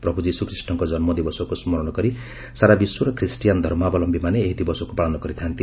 ପ୍ରଭୁ ଯୀଶୁଖ୍ରୀଷ୍ଟଙ୍କ ଜନ୍ମ ଦିବସକୁ ସ୍କରଣ କରି ସାରା ବିଶ୍ୱର ଖୀଷ୍ଟିୟାନ୍ ଧର୍ମାବଲମ୍ଭୀମାନେ ଏହି ଦିବସକୁ ପାଳନ କରିଥାଆନ୍ତି